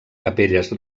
capelles